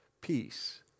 peace